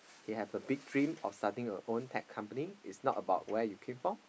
he have a big dream of start a own tech company it's not about where you come from